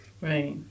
Right